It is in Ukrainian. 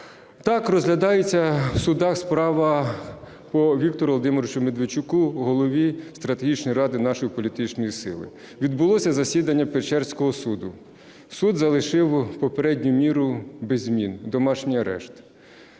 Так розглядається в судах справа по Віктору Володимировичу Медведчуку, голові стратегічної ради нашої політичної сили. Відбулося засідання Печерського суду. Суд залишив попередню міру без змін – домашній арешт.